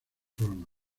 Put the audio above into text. trono